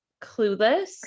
clueless